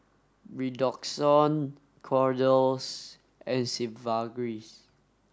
Redoxon Kordel's and Sigvaris